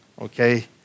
okay